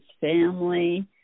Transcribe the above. family